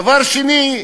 דבר שני,